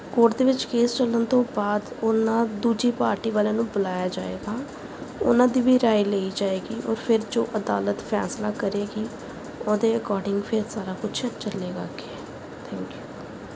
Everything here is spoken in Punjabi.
ਕੋਰਟ ਦੇ ਵਿੱਚ ਕੇਸ ਚੱਲਣ ਤੋਂ ਬਾਅਦ ਉਨ੍ਹਾਂ ਦੂਜੀ ਪਾਰਟੀ ਵਾਲਿਆਂ ਨੂੰ ਬੁਲਾਇਆ ਜਾਏਗਾ ਉਨ੍ਹਾਂ ਦੀ ਵੀ ਰਾਇ ਲਈ ਜਾਏਗੀ ਔਰ ਫਿਰ ਜੋ ਅਦਾਲਤ ਫੈਸਲਾ ਕਰੇਗੀ ਉਹਦੇ ਅਕੋਡਿੰਗ ਫਿਰ ਸਾਰਾ ਕੁਛ ਚੱਲੇਗਾ ਅੱਗੇ ਥੈਂਕਿ ਊ